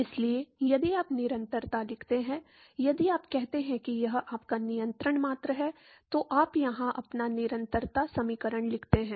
इसलिए यदि आप निरंतरता लिखते हैं यदि आप कहते हैं कि यह आपका नियंत्रण मात्रा है तो आप यहां अपना निरंतरता समीकरण लिखते हैं